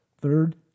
third